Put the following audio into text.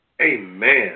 Amen